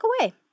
away